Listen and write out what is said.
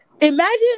imagine